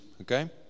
okay